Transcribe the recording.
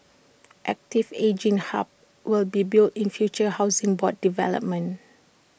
active ageing hubs will be built in future Housing Board developments